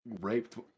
raped